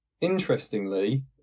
interestingly